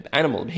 animal